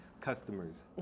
customers